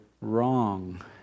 wrong